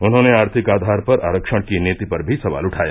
उन्होंने आर्थिक आधार पर आरक्षण की नीति पर भी सवाल उठाया